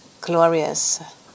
glorious